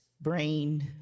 brain